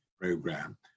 program